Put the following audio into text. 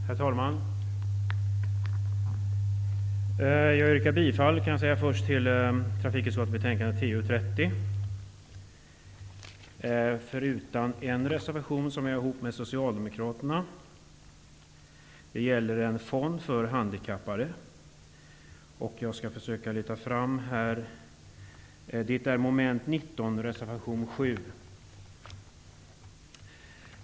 Herr talman! Jag yrkar bifall till hemställan i trafikutskottets betänkande TU30, förutom till mom. 19, under vilket jag tillsammans med socialdemokraterna har avgett en reservation, nr 7, som gäller en fond för handikappade.